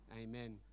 amen